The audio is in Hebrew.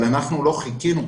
אבל אנחנו לא חיכינו,